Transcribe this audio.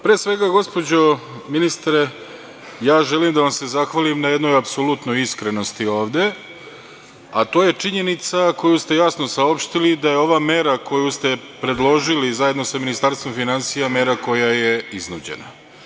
Pre svega gospođo ministre, želim da vam se zahvalim na jednoj apsolutnoj iskrenosti ovde, a to je činjenica koju ste jasno saopštili da je ova mera koju ste predložili zajedno sa Ministarstvom finansija, mera koja je iznuđena.